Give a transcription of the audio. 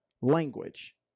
language